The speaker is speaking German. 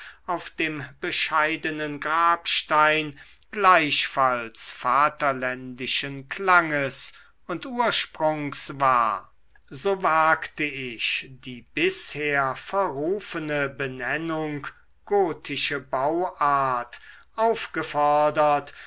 auf dem bescheidenen grabstein gleichfalls vaterländischen klanges und ursprungs war so wagte ich die bisher verrufene benennung gotische bauart aufgefordert